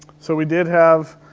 so we did have,